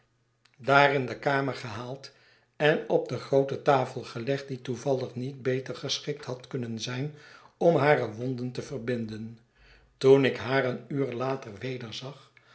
daar in de kamer gehaald en op de groote tafel gelegd die toevallig niet beter geschikt had kunnen zijn om hare wonden te verbinden toen ik haar een uur later wederzag